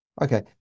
Okay